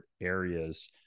areas